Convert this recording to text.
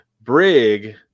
Brig